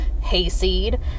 Hayseed